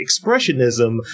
expressionism